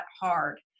hard